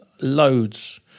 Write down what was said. loads